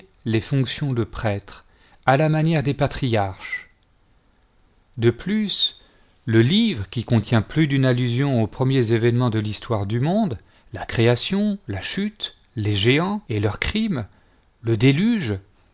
les fonctions de prêtre à la manière des patriarches de plus le livre qui contient plus d'une allusion aux premiers événements de l'histoire du monde la création la cliute les géants et leurs crimes le déluge